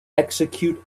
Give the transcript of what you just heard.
execute